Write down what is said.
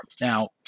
Now